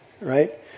right